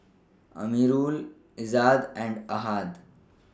Amirul Izzat and Ahad